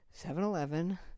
7-Eleven